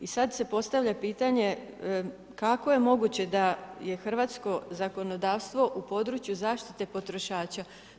I sada se postavlja pitanje, kako je moguće da je hrvatsko zakonodavstvo u području zaštite potrošača.